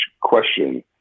question